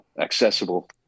accessible